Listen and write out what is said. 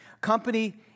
company